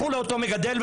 לכו לאותו מגדל,